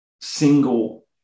single